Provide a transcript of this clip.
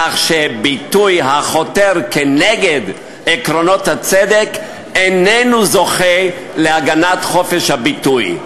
כך שביטוי החותר כנגד עקרונות הצדק איננו זוכה להגנת חופש הביטוי.